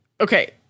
Okay